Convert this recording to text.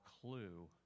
clue